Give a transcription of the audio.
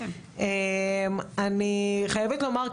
אני חייבת לומר,